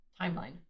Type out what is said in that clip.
timeline